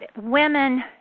women